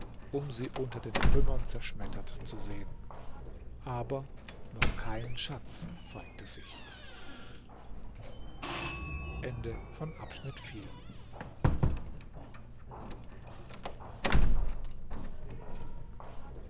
um sie unter den trümmern zerschmettert zu sehen aber noch kein schatz zeigte sich